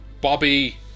Bobby